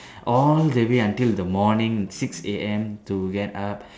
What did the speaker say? all the way until the morning six A_M to get up